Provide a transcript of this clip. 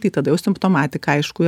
tai tada jau simptomatika aišku